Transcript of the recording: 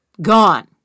Gone